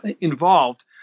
involved